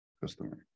customer